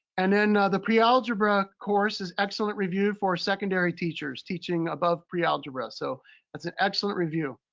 and then the pre algebra course is excellent review for secondary teachers teaching above pre algebra. so that's an excellent review.